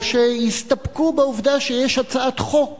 או שיסתפקו בעובדה שיש הצעת חוק